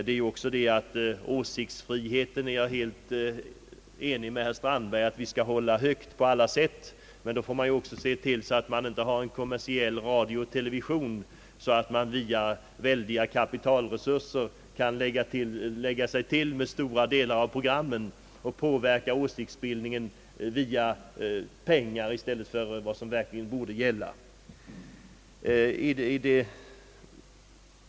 Jag är helt enig med herr Strandberg om att vi på alla sätt skall hålla åsiktsfriheten högt — men då bör vi också se till att vi inte får en kommersiell radio och TV där man tack vare väldiga kapitalresurser kan lägga sig till med stora delar av programmen och påverka åsiktsbildningen via pengar i stället för på de vägar som bör vara legitima.